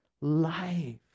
life